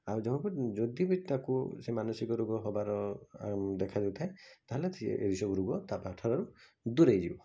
ଆଉ ଜଣକୁ ଯଦି ବି ତାକୁ ସେ ମାନସିକ ରୋଗ ହବାର ଦେଖା ଯାଇଥାଏ ତାହେଲେ ସିଏ ଏହି ସବୁ ରୋଗ ତା' ପାଖରୁ ଦୁରେଇ ଯିବ